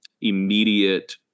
immediate